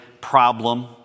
problem